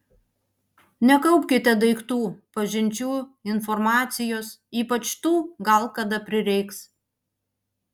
nekaupkite daiktų pažinčių informacijos ypač tų gal kada prireiks